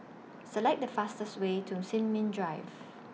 Select The fastest Way to Sin Ming Drive